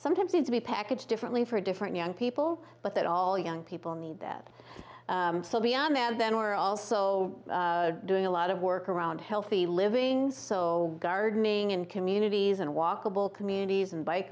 sometimes it to be packaged differently for different young people but that all young people need that so beyond that and then we're also doing a lot of work around healthy living so gardening in communities and walkable communities and bike